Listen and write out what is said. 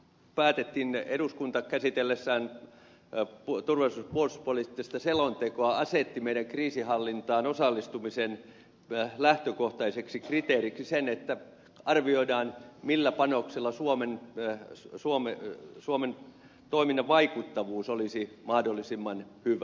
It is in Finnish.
täällä eduskunta käsitellessään turvallisuus ja puolustuspoliittista selontekoa päätti asettaa meidän kriisinhallintaan osallistumisemme lähtökohtaiseksi kriteeriksi sen että arvioidaan millä panoksella suomen toiminnan vaikuttavuus olisi mahdollisimman hyvä